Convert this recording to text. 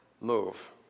move